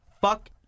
Fuck